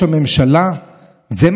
לשם